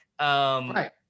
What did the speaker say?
right